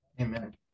amen